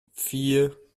vier